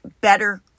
better